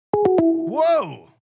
Whoa